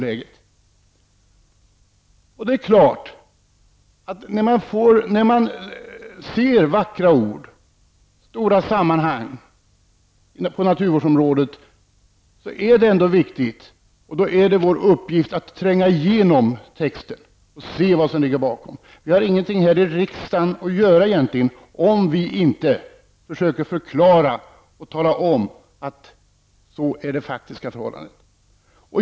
Även om man ser vackra ord i stora sammanhang på naturvårdsområdet är det viktigt -- och det är vår uppgift -- att tränga igenom texten och se vad som ligger bakom. Vi har ingenting här i riksdagen att göra egentligen om vi inte försöker förklara och tala om det faktiska förhållandet.